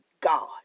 God